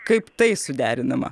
kaip tai suderinama